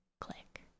click